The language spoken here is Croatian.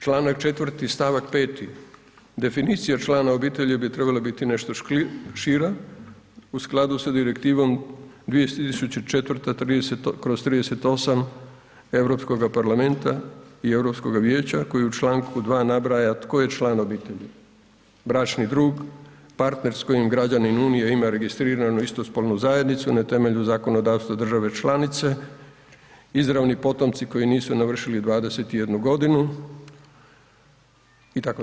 Isto tako, članak 4. stavak 5 definicija člana obitelji bi trebala biti nešto šira u skladu sa Direktivom 2004/38 Europskoga parlamenta i europskoga Vijeća koji u članku 2. nabraja tko je član obitelji, bračni drug, partner s kojim građanin Unije ima registriranu istospolnu zajednicu, na temelju zakonodavstva država članice, izravni potomci koji nisu navršili 21 g. itd.